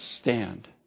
stand